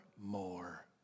more